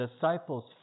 disciples